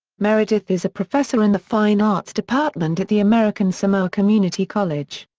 meredith is a professor in the fine arts department at the american samoa community college.